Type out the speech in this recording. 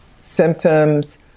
symptoms